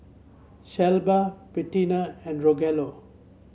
Shelba Bettina and Rogelio